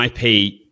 IP